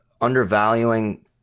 undervaluing